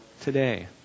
today